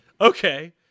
Okay